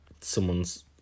someone's